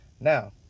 Now